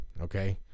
okay